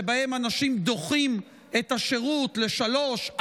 שבהן אנשים דוחים את השירות לשלוש,